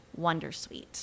Wondersuite